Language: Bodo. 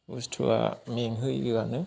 बुस्तुआ मेंहोयोआनो